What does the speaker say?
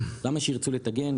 למה שירצו לטגן,